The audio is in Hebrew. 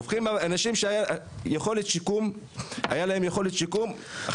אין לנו יכולת שיקום לאנשים האלה.